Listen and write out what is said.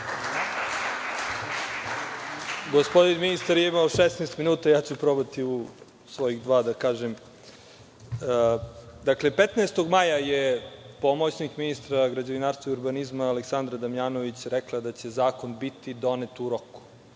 Gospodin ministar je imao 16 minuta, ja ću probati u svojih dva da kažem. Dakle, 15. maja je pomoćnik ministra građevinarstva i urbanizma, Aleksandra Damjanović, rekla da će zakon biti donet u roku.